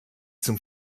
zum